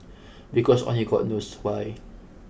because only god knows why